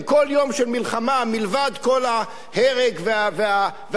מלבד כל ההרג והצער שכרוך בזה,